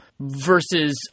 versus